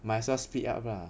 might as well split up lah